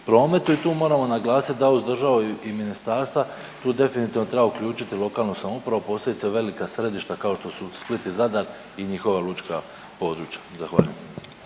prometu. I tu moramo naglasiti da uz državu i ministarstva tu definitivno treba uključiti lokalnu samoupravo, posebice velika središta kao što su Split i Zadar i njihova lučka područja. Zahvaljujem.